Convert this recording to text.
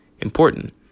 important